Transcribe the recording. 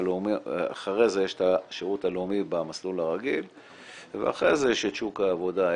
אחרי זה יש את השירות הלאומי במסלול הרגיל ואחרי זה יש את שוק העבודה.